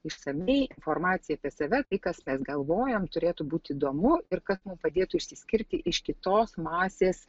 išsamiai informaciją apie save kas mes galvojam turėtų būti įdomu ir kas man padėtų išsiskirti iš kitos masės